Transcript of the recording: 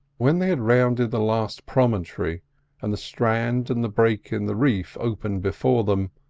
when they had rounded the last promontory, and the strand and the break in the reef opened before them,